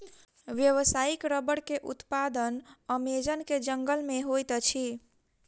व्यावसायिक रबड़ के उत्पादन अमेज़न के जंगल में होइत अछि